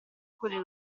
quelle